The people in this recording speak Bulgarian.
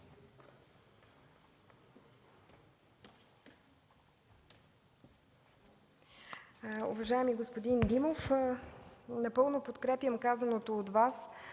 Уважаеми господин Димов, напълно подкрепям казаното от Вас.